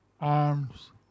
arms